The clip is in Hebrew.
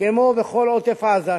כמו בכל עוטף-עזה,